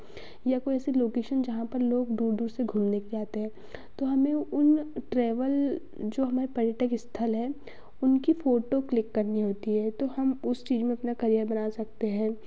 या कोई ऐसे लोकेशन जहाँ पर लोग दूर दूर से घूमने जाते हैं तो हमें उन ट्रेवल जो हमारे पर्यटक स्थल है उनकी फोटो क्लिक करनी होती है तो हम उस चीज़ में अपना क़रियर बना सकते हैं